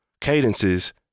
cadences